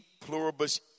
pluribus